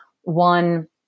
one